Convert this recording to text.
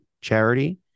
charity